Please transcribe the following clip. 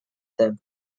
him